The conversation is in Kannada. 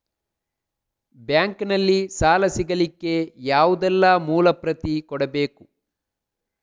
ಬ್ಯಾಂಕ್ ನಲ್ಲಿ ಸಾಲ ಸಿಗಲಿಕ್ಕೆ ಯಾವುದೆಲ್ಲ ಮೂಲ ಪ್ರತಿ ಕೊಡಬೇಕು?